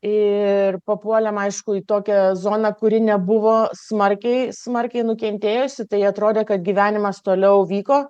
ir papuolėm aišku į tokią zoną kuri nebuvo smarkiai smarkiai nukentėjusi tai atrodė kad gyvenimas toliau vyko